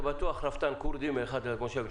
זה בטוח רפתן כורדי מאחד המושבים.